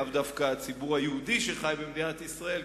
לאו דווקא הציבור היהודי שחי במדינת ישראל,